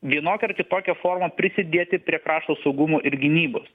vienokia ar kitokia forma prisidėti prie krašto saugumo ir gynybos